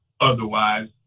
otherwise